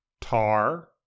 Tar